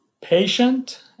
patient